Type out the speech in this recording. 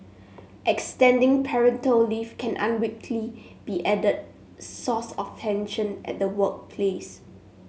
extending parental leave can unwittingly be added source of tension at the workplace